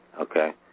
okay